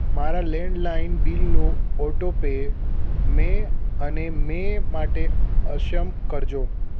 મારા લેન્ડલાઈન બિલનું auto pay મે અને મે માટે અક્ષમ કરજો